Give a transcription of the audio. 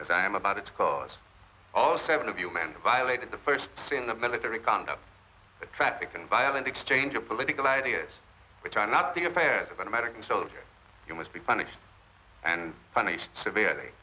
as i am about it because all seven of human violated the first in the military conduct a tragic and violent exchange of political ideas which are not the affairs of an american soldier you must be punished and punished severely